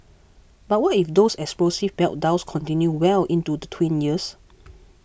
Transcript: but what if those explosive meltdowns continue well into the tween years